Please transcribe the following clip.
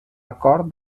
acord